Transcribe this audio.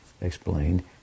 explained